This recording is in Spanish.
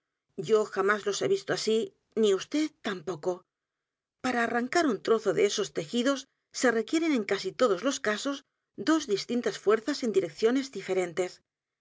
yo jamás los he visto así ni vd tampoco p a r a arrancar un trozo de esos tejidos se requieren en casi todos los casos dos distintas fuerzas en direcciones diferentes